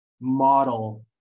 model